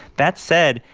that said,